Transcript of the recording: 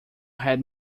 had